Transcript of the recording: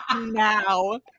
now